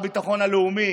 שר הביטחון הלאומי,